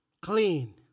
clean